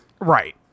Right